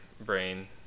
brain